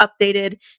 updated